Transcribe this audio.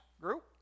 Group